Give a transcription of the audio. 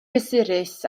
gysurus